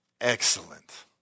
Excellent